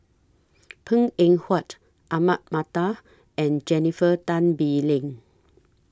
Png Eng Huat Ahmad Mattar and Jennifer Tan Bee Leng